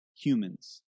humans